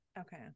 Okay